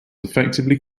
effectively